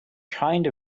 kind